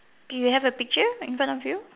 do you have a picture like in front of you